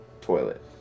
toilet